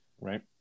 Right